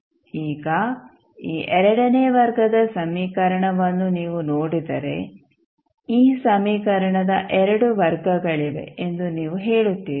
ಈಗ ಈ ಎರಡನೇ ವರ್ಗದ ಸಮೀಕರಣವನ್ನು ನೀವು ನೋಡಿದರೆ ಈ ಸಮೀಕರಣದ 2 ವರ್ಗಗಳಿವೆ ಎಂದು ನೀವು ಹೇಳುತ್ತೀರಿ